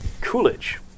Coolidge